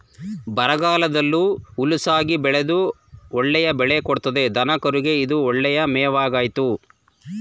ಬರಗಾಲದಲ್ಲೂ ಹುಲುಸಾಗಿ ಬೆಳೆದು ಒಳ್ಳೆಯ ಬೆಳೆ ಕೊಡ್ತದೆ ದನಕರುಗೆ ಇದು ಒಳ್ಳೆಯ ಮೇವಾಗಾಯ್ತೆ